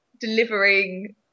delivering